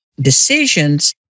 decisions